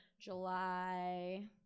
July